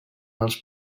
els